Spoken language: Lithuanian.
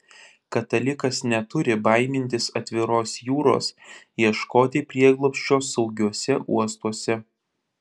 katalikas neturi baimintis atviros jūros ieškoti prieglobsčio saugiuose uostuose